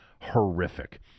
horrific